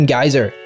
Geyser